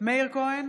מאיר כהן,